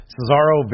Cesaro